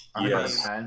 Yes